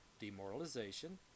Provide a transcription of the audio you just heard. Demoralization